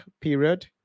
period